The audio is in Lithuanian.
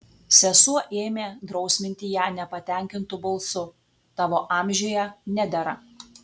sesuo ėmė drausminti ją nepatenkintu balsu tavo amžiuje nedera